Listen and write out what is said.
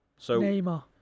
Neymar